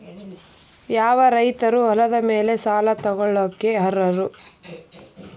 ಯಾವ ರೈತರು ಹೊಲದ ಮೇಲೆ ಸಾಲ ತಗೊಳ್ಳೋಕೆ ಅರ್ಹರು?